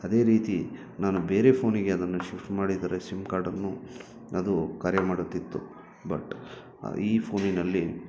ಅದೇ ರೀತಿ ನಾನು ಬೇರೆ ಫೋನಿಗೆ ಅದನ್ನು ಶಿಫ್ಟ್ ಮಾಡಿದರೆ ಸಿಮ್ ಕಾರ್ಡನ್ನು ಅದು ಕಾರ್ಯ ಮಾಡುತ್ತಿತ್ತು ಬಟ್ ಈ ಫೋನಿನಲ್ಲಿ